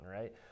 right